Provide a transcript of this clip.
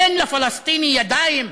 אין לפלסטיני ידיים,